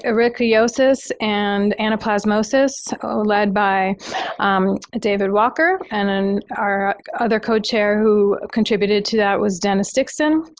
ah ehrlichiosis and anaplasmosis led by david walker and then our other co-chair who contributed to that was dennis dixon.